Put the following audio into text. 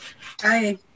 Hi